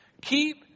keep